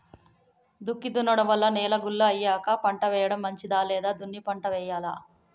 దుక్కి దున్నడం వల్ల నేల గుల్ల అయ్యాక పంట వేయడం మంచిదా లేదా దున్ని పంట వెయ్యాలా?